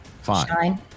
Fine